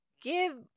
Give